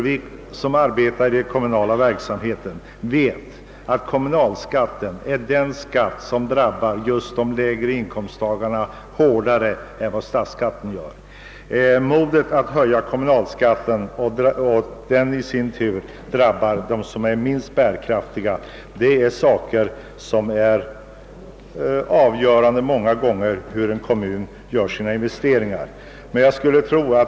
Vi som arbetar i det kommunala livet vet nämligen att kommunalskatten drabbar de lägre inkomsttagarna hårdare än statsskatten gör. Frågan om man har modet att höja kommunalskatten, vilken i sin tur drabbar de minst bärkraftiga, är många gånger avgörande för kommunernas investeringar.